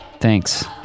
Thanks